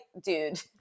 dude